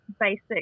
basic